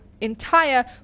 entire